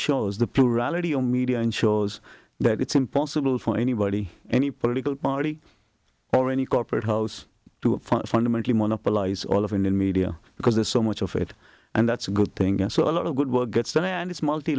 shows the plurality on media and shows that it's impossible for anybody any political party or any corporate house to fundamentally monopolize all of indian media because there's so much of it and that's a good thing and so a lot of good work gets done and it's multi